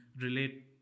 relate